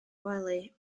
wely